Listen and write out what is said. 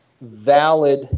valid